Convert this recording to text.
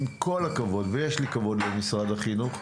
עם כל הכבוד ויש לי כבוד למשרד החינוך,